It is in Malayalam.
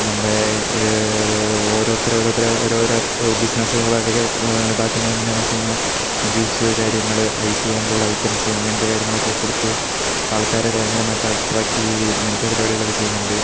നമ്മുടെ ഓരോരുത്തരെ ഓരോരുത്തരെ ഓരോ ബിസിനസ്സുകൾ ഒക്കെ ഇതാക്കുന്നത് എങ്ങനെ എന്ന് വെച്ച് കഴിഞ്ഞാൽ ഈ ജ്യൂസ് കാര്യങ്ങൾ ഐസ് കൊണ്ടുള്ള ഐറ്റംസ് അങ്ങനത്തെ കാര്യങ്ങളൊക്കെ കൊടുത്ത് ആൾക്കാരെയൊക്കെ ഭയങ്കരമായിട്ട് അട്രാക്റ്റ് ചെയ്യുകയും അങ്ങനത്തെ പരിപാടികളൊക്കെ ചെയ്യുന്നുണ്ട്